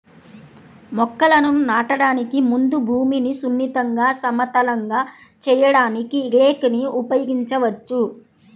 మొక్కలను నాటడానికి ముందు భూమిని సున్నితంగా, సమతలంగా చేయడానికి రేక్ ని ఉపయోగించవచ్చు